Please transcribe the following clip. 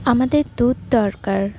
আমাদের দুধ দরকার